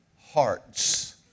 hearts